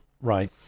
right